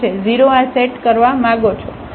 0 આ સેટ કરવા માંગો છો